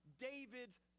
David's